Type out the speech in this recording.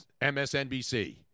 MSNBC